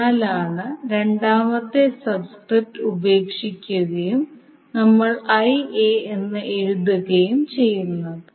അതിനാലാണ് രണ്ടാമത്തെ സബ്സ്ക്രിപ്റ്റ് ഉപേക്ഷിക്കുകയും നമ്മൾ Ia എന്ന് എഴുതുകയും ചെയ്യുന്നത്